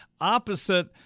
opposite